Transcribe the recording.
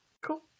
Cool